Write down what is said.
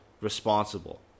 responsible